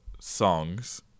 songs